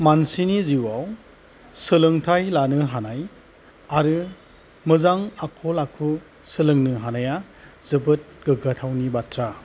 मानसिनि जिउआव सोलोंथाइ लानो हानाय आरो मोजां आखल आखु सोलोंनो हानाया जोबोद गोग्गाथावनि बाथ्रा